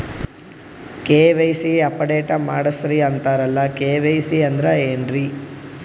KYC update ಮಾಡಸ್ರೀ ಅಂತರಲ್ಲ KYC ಅಂದ್ರ ಏನ್ರೀ?